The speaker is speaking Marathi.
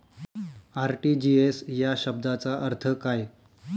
आर.टी.जी.एस या शब्दाचा अर्थ काय?